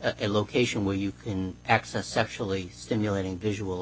at a location where you can access sexually stimulating visual